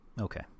Okay